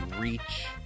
reach